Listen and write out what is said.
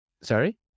Sorry